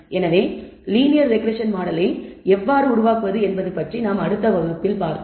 எனவே linear regression மாடலை எவ்வாறு உருவாக்குவது என்பது பற்றி அடுத்த வகுப்பில் பார்ப்போம்